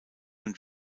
und